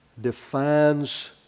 defines